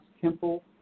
temple